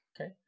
Okay